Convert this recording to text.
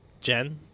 Jen